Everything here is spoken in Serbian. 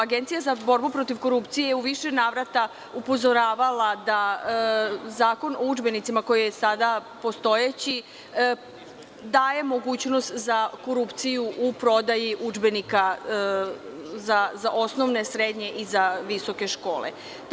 Agencija za borbu protiv korupcije u više navrata upozoravala da Zakon o udžbenicima koji sada postoji daje mogućnost za korupciju u prodaji udžbenika za osnovne, srednje i visoke škole?